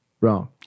Wrong